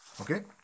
Okay